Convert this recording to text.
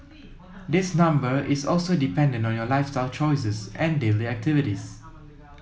this number is also dependent on your lifestyle choices and daily activities